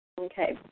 Okay